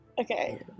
Okay